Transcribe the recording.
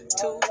two